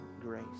grace